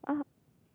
oh